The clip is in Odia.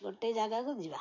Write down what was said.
ଗୋଟେ ଜାଗାକୁ ଯିବା